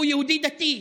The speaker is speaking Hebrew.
והוא יהודי דתי.